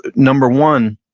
number one,